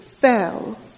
fell